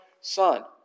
son